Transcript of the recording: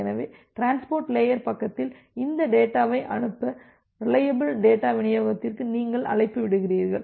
எனவே transport layer பக்கத்தில் இந்தத் டேட்டாவை அனுப்ப ரிலையபில் டேட்டா விநியோகத்திற்கு நீங்கள் அழைப்பு விடுக்கிறீர்கள்